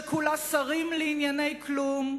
שכולה שרים לענייני כלום,